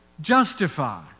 justify